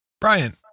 Brian